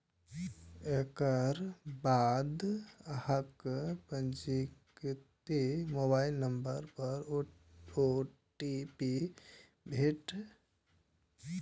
एकर बाद अहांक पंजीकृत मोबाइल नंबर पर ओ.टी.पी भेटत